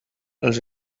els